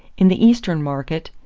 in the eastern market,